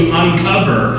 uncover